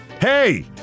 hey